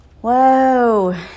Whoa